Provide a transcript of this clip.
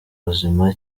buzima